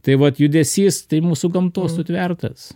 tai vat judesys tai mūsų gamtos sutvertas